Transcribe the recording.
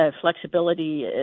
flexibility